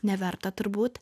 neverta turbūt